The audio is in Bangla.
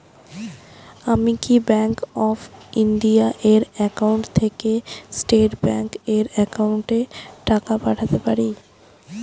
আমি কি ব্যাংক অফ ইন্ডিয়া এর একাউন্ট থেকে স্টেট ব্যাংক এর একাউন্টে টাকা পাঠাতে পারি?